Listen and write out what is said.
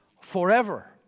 forever